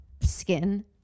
Skin